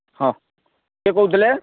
ହଁ କିଏ କହୁଥିଲେ